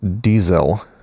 Diesel